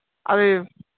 అదే